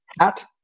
hat